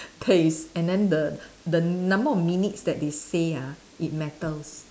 taste and then the the number of minutes that they say ah it matters